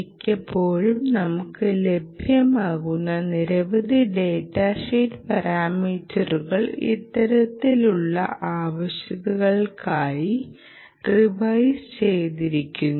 മിക്കപ്പോഴും നമുക്ക് ലഭ്യമാകുന്ന നിരവധി ഡാറ്റ ഷീറ്റ് പരാമീറ്ററുകൾ ഇത്തരത്തിലുള്ള ആവശ്യങ്ങൾക്കായി റിവൈസ് ചെയ്തിരിക്കുന്നു